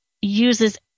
uses